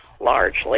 largely